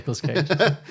cage